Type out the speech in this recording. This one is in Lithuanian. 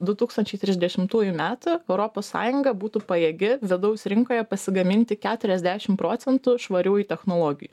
du tūkstančiai trisdešimtųjų metų europos sąjunga būtų pajėgi vidaus rinkoje pasigaminti keturiasdešim procentų švariųjų technologijų